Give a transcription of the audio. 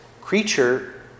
creature